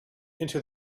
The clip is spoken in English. into